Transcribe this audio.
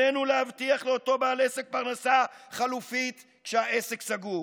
עלינו להבטיח לאותו בעל עסק פרנסה חלופית כשהעסק סגור.